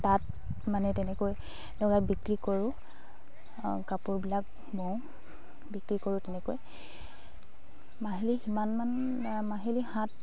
তাঁত মানে তেনেকৈ লগাই বিক্ৰী কৰোঁ কাপোৰবিলাক বওঁ বিক্ৰী কৰোঁ তেনেকৈ মাহিলী সিমানমান মাহিলী হাত